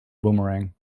boomerang